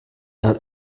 her